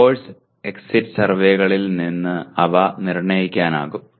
course exit സർവേകളിൽ നിന്ന് അവ നിർണ്ണയിക്കാനാകും